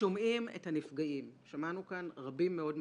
יושבת פה העוזרת של שרת